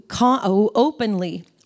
openly